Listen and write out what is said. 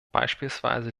beispielsweise